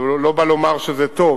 זה לא בא לומר שזה טוב.